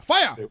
Fire